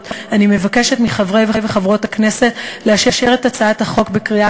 אני מבקשת מחברות וחברי הכנסת לאשר את הצעת החוק בקריאה